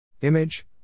Image